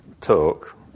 talk